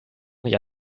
nicht